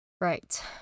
Right